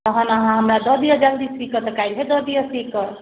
तखन अहाँ हमरा दऽ दिअ जल्दी सीकऽ काल्हिए दऽ दिअ सीकऽ